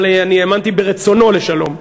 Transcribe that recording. אבל אני האמנתי ברצונו לשלום.